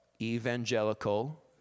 evangelical